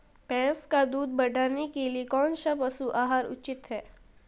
भैंस का दूध बढ़ाने के लिए कौनसा पशु आहार उचित है?